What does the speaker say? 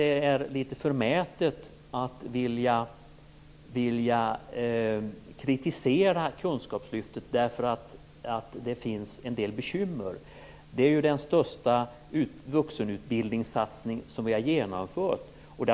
Det är litet förmätet att vilja kritisera kunskapslyftet därför att det finns en del bekymmer. Det är den största vuxenutbildningssatsning som har genomförts.